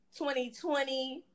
2020